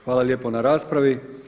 Hvala lijepo na raspravi.